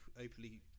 openly